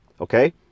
okay